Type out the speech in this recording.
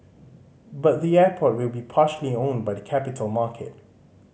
but the airport will be partially owned by the capital market